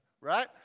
right